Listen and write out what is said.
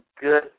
good